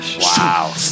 Wow